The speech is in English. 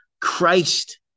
Christ